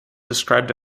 described